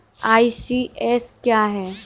ECS क्या है?